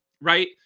right